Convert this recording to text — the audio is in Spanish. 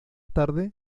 tarde